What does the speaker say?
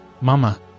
Mama